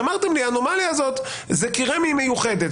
ואמרתם לי: האנומליה הזאת היא כי רמ"י מיוחדת.